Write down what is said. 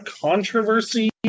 controversy